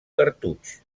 cartutx